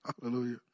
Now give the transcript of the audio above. Hallelujah